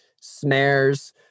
snares